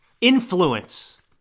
influence